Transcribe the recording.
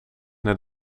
naar